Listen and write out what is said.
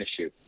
issue